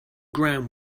ground